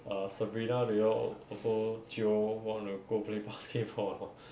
err sabrina they all also jio want to go play basketball or not